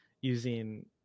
using